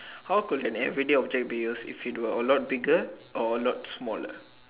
how could an everyday object be used if it were a lot bigger or a lot smaller